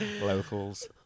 Locals